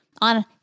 on